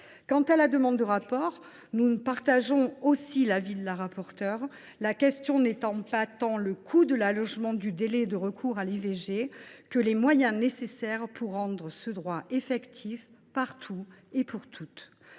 Sur la demande de rapport, nous partageons également l’avis de la rapporteure : la question n’est pas tant celle du coût de l’allongement du délai de recours à l’IVG que celle des moyens nécessaires pour rendre ce droit effectif partout et pour toutes.